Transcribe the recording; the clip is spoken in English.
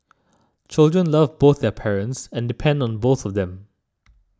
children love both their parents and depend on both of them